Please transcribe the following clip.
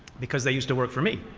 because they used to work for me.